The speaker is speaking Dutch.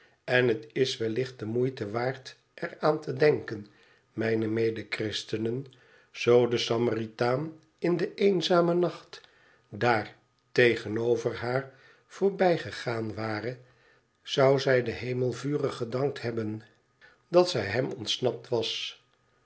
en het is wellicht de moeite waard er aan te denken mijne mede christenen zoo de samaritaan in den eenzamen nacht daar tegenover haar voorbijgegaan ware zou zij den hemel vurig gedankt hebben dat zij hem ontsnapt was